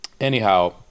Anyhow